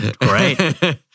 Right